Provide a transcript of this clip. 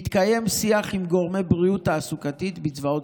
מתקיים שיח עם גורמי בריאות תעסוקתית בצבאות